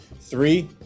Three